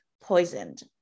poisoned